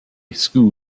school